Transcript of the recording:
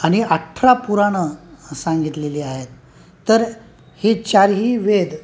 आणि अठरा पुराणं सांगितलेली आहेत तर ही चारही वेद